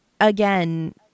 again